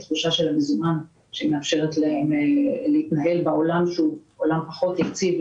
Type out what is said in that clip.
התחושה של המזומן שמאפשרת להם להתנהל בעולם שהוא פחות יציב,